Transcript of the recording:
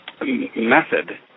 method